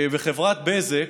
וחברת בזק,